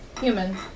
human